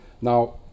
Now